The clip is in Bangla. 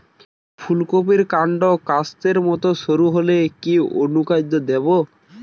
ফুলকপির কান্ড কাস্তের মত সরু হলে কি অনুখাদ্য দেবো?